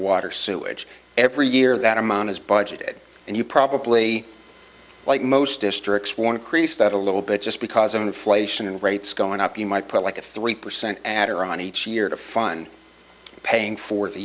water sewage every year that amount is budgeted and you probably like most districts want to crease that a little bit just because of inflation and rates going up you might put like a three percent add iran each year to fund paying for the